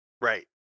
right